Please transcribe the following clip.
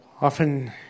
Often